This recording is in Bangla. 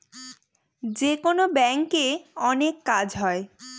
যেকোনো ব্যাঙ্কে অনেক কাজ হয়